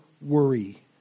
worry